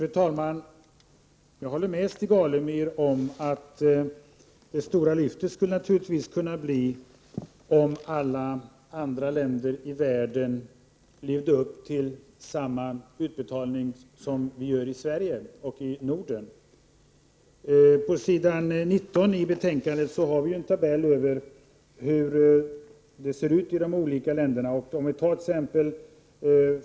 Fru talman! Jag håller med Stig Alemyr om att det stora lyftet naturligtvis skulle kunna komma, om alla andra länder i världen levde upp till samma utbetalning som vi gör i Sverige och i Norden. Pås. 19i betänkandet har vi en tabell över hur det ser ut i de olika länderna. Om vi tart.ex.